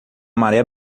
maré